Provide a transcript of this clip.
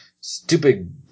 stupid